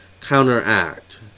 counteract